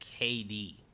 KD